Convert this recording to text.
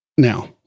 Now